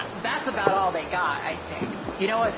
that's about all they got. i think, you know what,